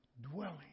dwelling